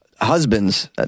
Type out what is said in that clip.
husbands